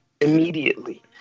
immediately